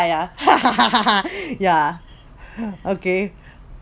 ya ya okay